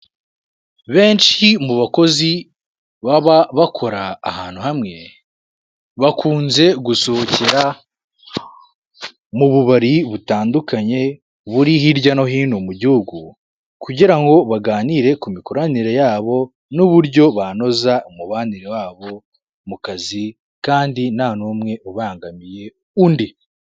Benshi mu bakozi baba bakora ahantu hamwe bakunze gusohokera mu bubari butandukanye buri hirya no hino mu gihugu kugira ngo baganire ku mikoranire yabo n'uburyo banoza umubanire wabo mu kazi kandi nta n'umwe ubangamiye undi.